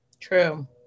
True